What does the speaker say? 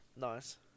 Nice